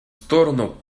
сторону